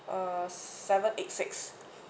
uh seven eight six